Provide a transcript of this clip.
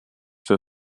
für